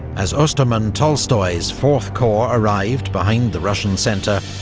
as ostermann-tolstoy's fourth corps arrived behind the russian centre,